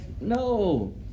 No